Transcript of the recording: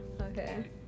Okay